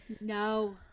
No